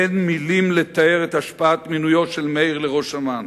אין מלים לתאר את השפעת מינויו של מאיר לראש אמ"ן.